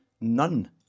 None